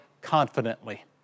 confidently